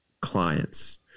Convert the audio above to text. clients